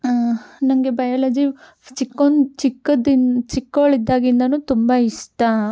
ನನಗೆ ಬಯಲಜಿ ಚಿಕ್ಕೊಂದ್ ಚಿಕ್ಕದಿಂದ ಚಿಕ್ಕೋಳಿದ್ದಾಗಿಂದಾನು ತುಂಬ ಇಷ್ಟ